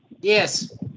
Yes